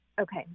okay